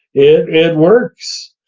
it it works,